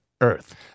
earth